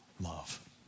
love